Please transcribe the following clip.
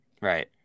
Right